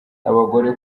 abagore